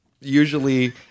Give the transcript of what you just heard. Usually